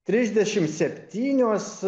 trisdešim septynios